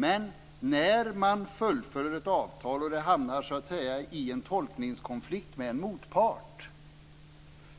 Men när man fullföljer ett avtal och det hela hamnar i en tolkningskonflikt med en motpart